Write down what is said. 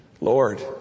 Lord